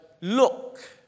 look